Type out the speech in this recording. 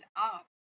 up